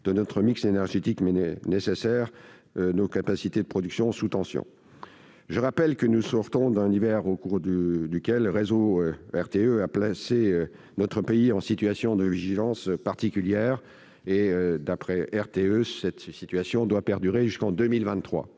de notre mix énergétique met nécessairement nos capacités de production sous tension. Je rappelle que nous sortons d'un hiver au cours duquel RTE a placé notre pays en situation de vigilance particulière. D'après le gestionnaire, cette situation doit perdurer jusqu'en 2023